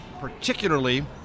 particularly